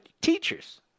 teachers